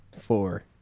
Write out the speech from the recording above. Four